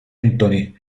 anthony